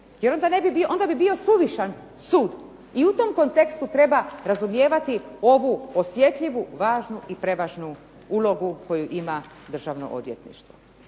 jer onda bi bio suvišan sud i u tom kontekstu treba razumijevati ovu osjetljivu važnu i prevažnu ulogu koju ima državno odvjetništvo.